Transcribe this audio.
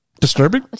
Disturbing